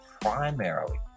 primarily